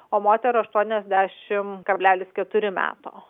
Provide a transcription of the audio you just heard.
o moterų aštuoniasdešimt kablelis keturi meto